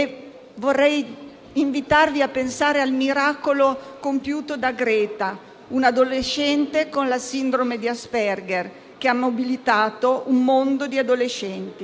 Vorrei invitarvi a pensare al miracolo compiuto da Greta, una adolescente con la sindrome di Asperger, che ha mobilitato un mondo di adolescenti.